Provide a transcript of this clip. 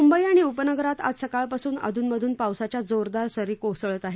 मुंबई आणि उपनगरात आज सकाळपासून अधून मधून पावसाच्या जोरदार सरी कोसळत आहेत